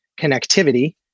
connectivity